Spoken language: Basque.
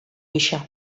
gisa